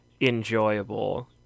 enjoyable